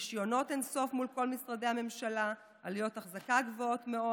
רישיונות אין סוף מול כל משרדי הממשלה ועלויות החזקה גבוהות מאוד.